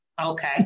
Okay